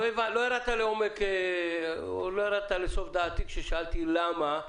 לא ירדת לסוף דעתי כששאלתי למה.